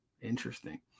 Interesting